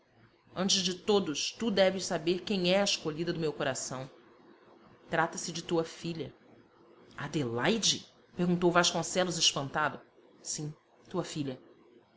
antes de todos tu deves saber quem é a escolhida do meu coração trata-se de tua filha adelaide perguntou vasconcelos espantado sim tua filha